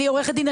אני עורכת דין,